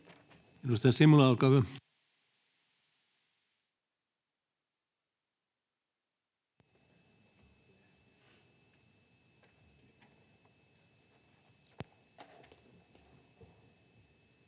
Edustaja Simula, olkaa hyvä.